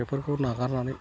बेफोरखौ नागारनानै